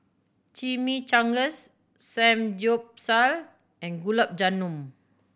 Chimichangas Samgyeopsal and Gulab Jamun